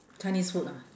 chinese food ah